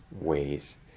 ways